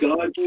God